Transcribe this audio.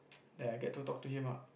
ya I get to talk to him lah